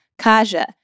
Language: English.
Kaja